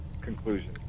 conclusion